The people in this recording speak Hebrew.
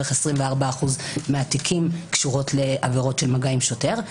ובערך 24% מהתיקים קשורים לעבירות של מגע עם שוטר.